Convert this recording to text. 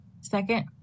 second